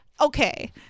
okay